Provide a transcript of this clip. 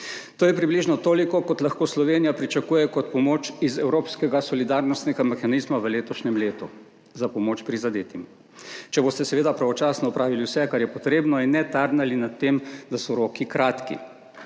To je približno toliko, kot lahko Slovenija pričakuje kot pomoč iz evropskega solidarnostnega mehanizma v letošnjem letu za pomoč prizadetim. Če boste seveda pravočasno opravili vse, kar je potrebno in ne tarnali nad tem, da so roki kratki.